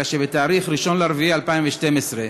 אלא שביום 1 באפריל 2012,